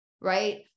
right